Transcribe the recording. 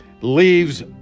leaves